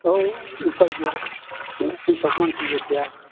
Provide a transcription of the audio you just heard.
औ उफाय गैया खेथियग मानसि जिथिया